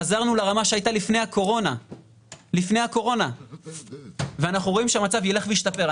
חזרנו לרמה שהייתה לפני הקורונה ואנחנו רואים שהמצב יילך וישתפר.